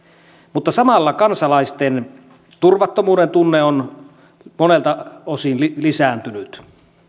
mutta samalla kansalaisten turvattomuuden tunne on monelta osin lisääntynyt